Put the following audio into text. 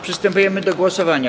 Przystępujemy do głosowania.